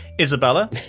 isabella